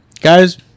guys